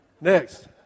Next